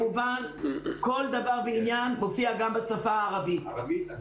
כל דבר ועניין מופיע גם בשפה הערבית,